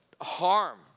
harm